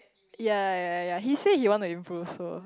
yea yea yea yea yea he say he want to improve so